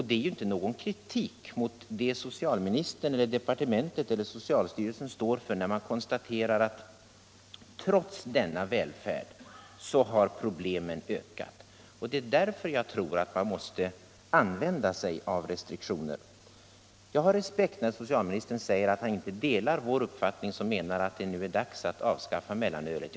Det är ju inte någon kritik mot det socialministern eller departementet eller socialstyrelsen står för när man konstaterar att trots denna välfärd har problemen ökat, och det är därför jag tror att man måste använda sig av restriktioner. Jag har respekt-för socialministerns hållning när han säger att han inte delar vår uppfattning, då vi menar att det nu är dags att avskaffa mellanölet.